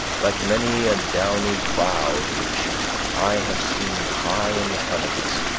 like many a downy cloud which i have seen, high in the heavens,